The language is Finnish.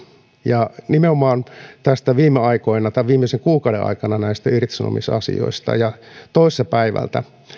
ja nimenomaan tässä viime aikoina viimeisen kuukauden aikana näistä irtisanomisasioista toissapäivänä sain